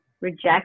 reject